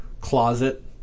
closet